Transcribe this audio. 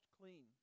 clean